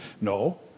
No